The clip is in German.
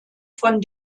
von